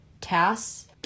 tasks